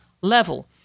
level